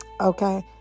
Okay